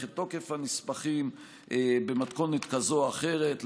את תוקף הנספחים במתכונת כזאת או אחרת.